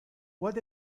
what